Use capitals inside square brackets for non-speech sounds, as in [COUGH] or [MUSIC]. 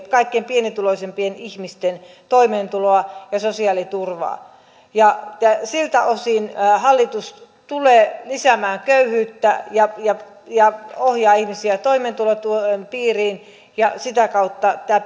[UNINTELLIGIBLE] kaikkein pienituloisimpien ihmisten toimeentuloa ja sosiaaliturvaa ja siltä osin hallitus tulee lisäämään köyhyyttä ja ja ohjaa ihmisiä toimeentulotuen piiriin ja sitä kautta tämä [UNINTELLIGIBLE]